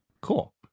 cool